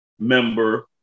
Member